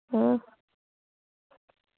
आं